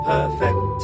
Perfect